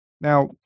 now